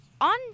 on